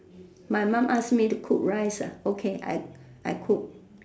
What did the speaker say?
my mum ask me to cook rice ah okay I I cook